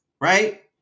right